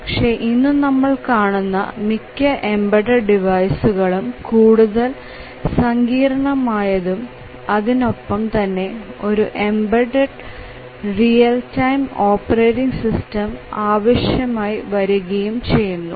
പക്ഷേ ഇന്നു നമ്മൾ കാണുന്ന മിക്ക എംബഡഡ് ഡിവൈസുകലും കൂടുതൽ സങ്കീർണമാകുകയും അതിനെല്ലാം തന്നെ ഒരു embedded real time operating system ആവശ്യമായി വരികയും ചെയ്യുന്നു